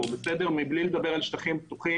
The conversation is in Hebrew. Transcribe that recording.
לזהות בכל פעם כמה שטחים,